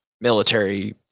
military